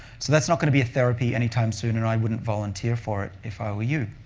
so that's not going to be a therapy anytime soon, and i wouldn't volunteer for it if i were you.